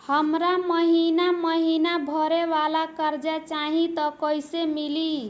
हमरा महिना महीना भरे वाला कर्जा चाही त कईसे मिली?